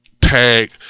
tag